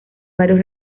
varios